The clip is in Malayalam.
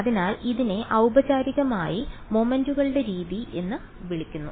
അതിനാൽ ഇതിനെ ഔപചാരികമായി മൊമെന്റുകളുടെ രീതി എന്ന് വിളിക്കുന്നു